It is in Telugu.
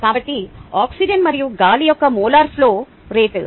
కాబట్టి ఆక్సిజన్ మరియు గాలి యొక్క మోలార్ ఫ్లో రేటు 0